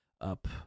up